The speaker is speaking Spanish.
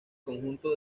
conjunto